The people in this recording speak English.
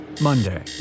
Monday